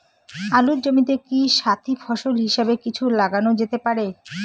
আলুর জমিতে কি সাথি ফসল হিসাবে কিছু লাগানো যেতে পারে?